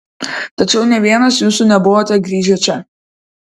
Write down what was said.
tačiau nė vienas jūsų nebuvote grįžę čia